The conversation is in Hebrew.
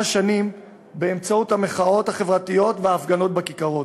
שנים באמצעות המחאות החברתיות וההפגנות בכיכרות.